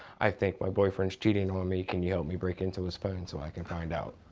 i think my boyfriend's cheating on me, can you help me break into his phone so i can find out?